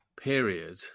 period